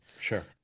Sure